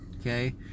okay